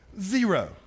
Zero